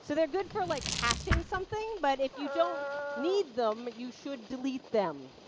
so they're good for, like, caching something. but if you don't need them, you should delete them.